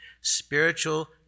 Spiritual